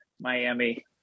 Miami